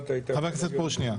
חבר הכנסת פרוש, שנייה.